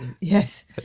yes